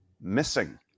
Missing